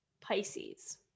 Pisces